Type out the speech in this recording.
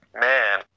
Man